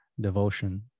devotion